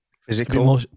physical